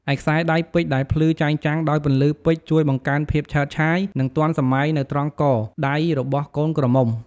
ឯខ្សែដៃពេជ្រដែលភ្លឺចែងចាំងដោយពន្លឺពេជ្រជួយបង្កើនភាពឆើតឆាយ និងទាន់សម័យនៅត្រង់កដៃរបស់កូនក្រមុំ។